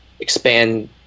expand